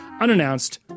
unannounced